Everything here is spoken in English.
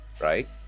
Right